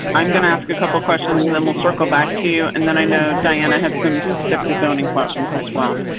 i'm going to ask a couple of questions and then we'll circle back to you and then i know diana had some specific zoning questions as well